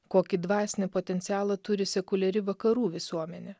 kokį dvasinį potencialą turi sekuliari vakarų visuomenė